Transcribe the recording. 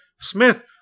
Smith